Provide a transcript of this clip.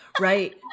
Right